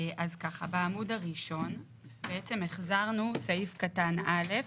בעמוד הראשון בעצם החזרנו סעיף קטן (א).